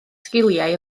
sgiliau